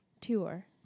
Tour